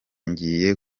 ngiye